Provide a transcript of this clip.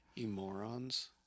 morons